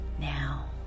now